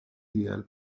ideal